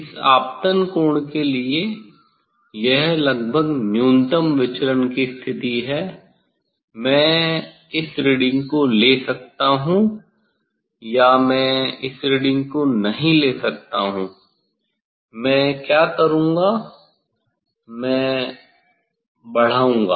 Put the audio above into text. इस आपतन के कोण के लिए यह लगभग न्यूनतम विचलन की स्थिति है मैं इस रीडिंग को ले सकता हूं या मैं इस रीडिंग को नहीं ले सकता मैं क्या करूंगा मैं बढ़ाऊंगा